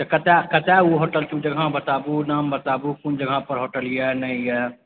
कतऽ कतऽ ओ होटल खुजल बताबु नाम बताबु कोन जगह पर होटल यऽ नहि यऽ